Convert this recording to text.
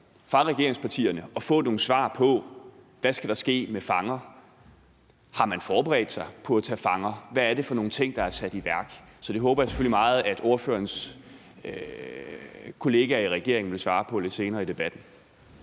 af regeringspartierne at få nogle svar på, hvad der skal ske med fanger. Har man forberedt sig på at tage fanger? Hvad er det for nogle ting, der er sat i værk? Så det håber jeg selvfølgelig meget ordførerens kollega fra regeringen vil svare på lidt senere i debatten.